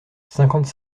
cinquante